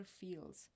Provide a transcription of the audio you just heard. feels